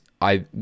I-